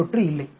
we தொற்று இல்லை